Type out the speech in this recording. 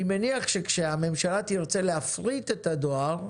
אני מניח שכאשר הממשלה תרצה להפריט את הדואר,